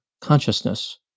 consciousness